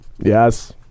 Yes